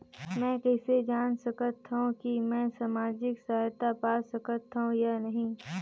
मै कइसे जान सकथव कि मैं समाजिक सहायता पा सकथव या नहीं?